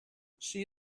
she